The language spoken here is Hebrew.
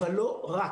אבל לא רק.